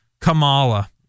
Kamala